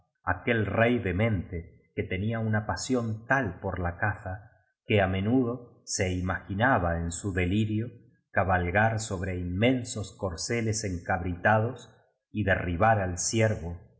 aquel rey demente que tenía una pasión tal por la caza que á menudo se imaginaba en su delirio cabalgar sobre inmensos corceles encabritados y derribar al ciervo